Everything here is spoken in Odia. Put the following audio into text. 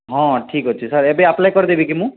ହଁ ଠିକ୍ ଅଛି ସାର୍ ଏବେ ଆପ୍ଲାଏ କରିଦେବି କି ମୁଁ